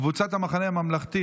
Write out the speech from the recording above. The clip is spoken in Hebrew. קבוצת סיעת המחנה הממלכתי,